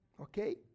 Okay